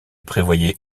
prévoyait